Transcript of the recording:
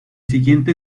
siguiente